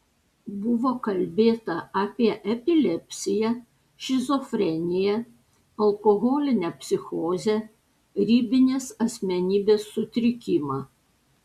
buvo kalbėta apie epilepsiją šizofreniją alkoholinę psichozę ribinės asmenybės sutrikimą